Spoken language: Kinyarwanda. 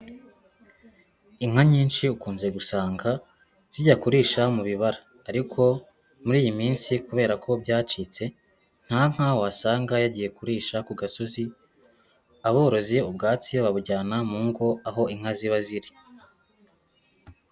Inka nyinshi ukunze gusanga zijya kurisha mu bibara, ariko muri iyi minsi kubera ko byacitse, nta nka wasanga yagiye kurisha ku gasozi, aborozi ubwatsi babujyana mu ngo, aho inka ziba ziri.